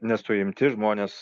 nesuimti žmonės